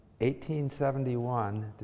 1871